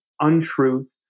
untruth